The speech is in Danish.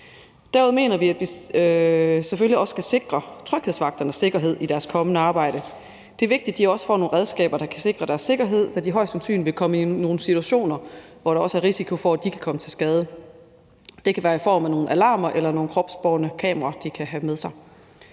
Derudover mener vi, at vi selvfølgelig også skal sikre tryghedsvagternes sikkerhed i deres kommende arbejde. Det er vigtigt, at de får nogle redskaber, der kan sikre deres sikkerhed, da de højst sandsynlig vil komme i nogle situationer, hvor der også er risiko for, at de kan komme til skade. Det kan være i form af nogle alarmer eller nogle kropsbårne kameraer, de kan have med sig.